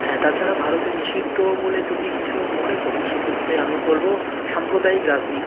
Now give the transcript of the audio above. হ্যাঁ তাছাড়া ভারতে নিষিদ্ধ বলে যদি কিছু মনে করি সেক্ষেত্রে আমি বলব সাম্প্রদায়িক রাজনীতি